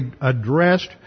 addressed